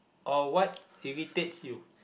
or what irritates you